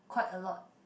quite a lot